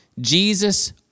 Jesus